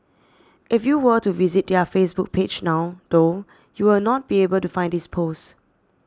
if you were to visit their Facebook page now though you will not be able to find this post